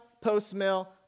post-mill